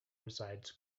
resides